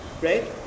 right